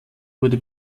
wurde